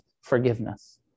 forgiveness